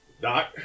Doc